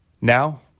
Now